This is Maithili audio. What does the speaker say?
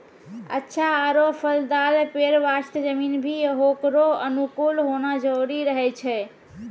अच्छा आरो फलदाल पेड़ वास्तॅ जमीन भी होकरो अनुकूल होना जरूरी रहै छै